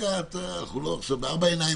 אנחנו בארבע עיניים.